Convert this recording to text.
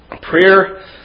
Prayer